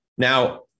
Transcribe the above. Now